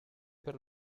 per